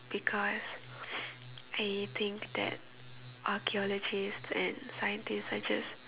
because I think that archaeologists and scientists are just